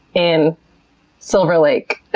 in silver lake,